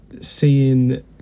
seeing